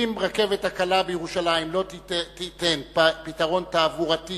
אם הרכבת הקלה בירושלים לא תיתן פתרון תעבורתי